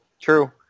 true